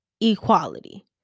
equality